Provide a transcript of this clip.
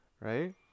right